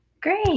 Great